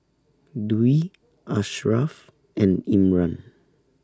Dwi Asharaff and Imran